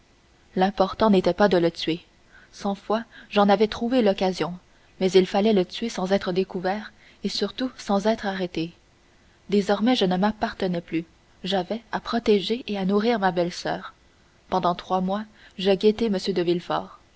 l'important n'était pas de le tuer cent fois j'en avais trouvé l'occasion mais il fallait le tuer sans être découvert et surtout sans être arrêté désormais je ne m'appartenais plus j'avais à protéger et à nourrir ma belle-soeur pendant trois mois je guettai m de